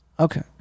okay